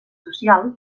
social